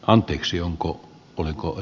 anteeksi onko tulevalle